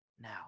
now